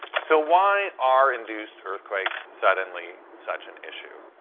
so why are induced earthquakes suddenly such an issue?